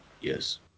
Yes